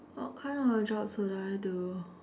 what kind of jobs will I do